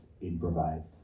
improvised